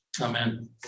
amen